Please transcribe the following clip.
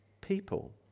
people